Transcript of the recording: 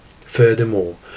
Furthermore